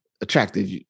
attractive